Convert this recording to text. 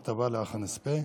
הטבות לאח הנספה).